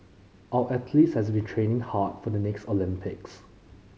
our athletes have been training hard for the next Olympics